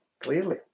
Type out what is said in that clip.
clearly